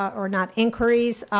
or not inquiries,